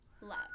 love